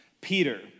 Peter